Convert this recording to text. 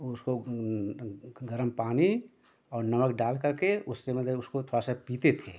ओ उसको गर्म पानी और नमक डाल करके उससे मतलब उसको थोड़ा सा पीते थे